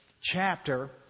chapter